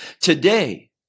Today